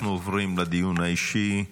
אנחנו עוברים לדיון האישי.